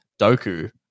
Doku